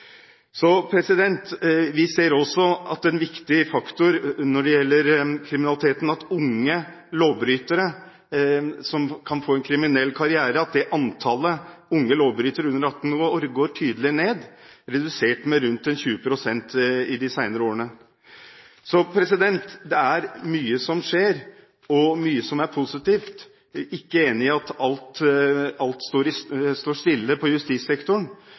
viktig faktor når det gjelder kriminaliteten – antall unge lovbrytere under 18 år som kan få en kriminell karriere – går tydelig ned. Det er redusert med rundt 20 pst. i de senere årene. Så det er mye som skjer, og mye som er positivt. Jeg er ikke enig i at alt står stille på justissektoren.